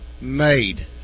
made